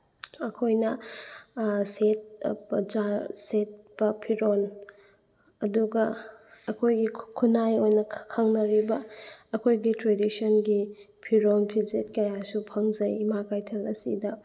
ꯑꯩꯈꯣꯏꯅ ꯁꯦꯠꯄ ꯆꯥꯕ ꯐꯤꯔꯣꯜ ꯑꯗꯨꯒ ꯑꯩꯈꯣꯏꯒꯤ ꯈꯨꯟꯅꯥꯏ ꯈꯪꯅꯔꯤꯕ ꯑꯩꯈꯣꯏꯒꯤ ꯇ꯭ꯔꯦꯗꯤꯁꯟꯒꯤ ꯐꯤꯔꯣꯜ ꯐꯤꯖꯦꯠ ꯀꯌꯥꯁꯨ ꯐꯪꯖꯩ ꯏꯃꯥ ꯀꯩꯊꯦꯜ ꯑꯁꯤꯗ